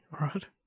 Right